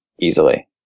easily